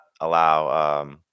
allow –